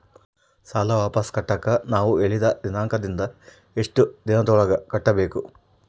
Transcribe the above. ಸಾಲ ವಾಪಸ್ ಕಟ್ಟಕ ನೇವು ಹೇಳಿದ ದಿನಾಂಕದಿಂದ ಎಷ್ಟು ದಿನದೊಳಗ ಕಟ್ಟಬೇಕು?